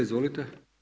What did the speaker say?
Izvolite.